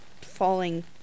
falling